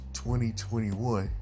2021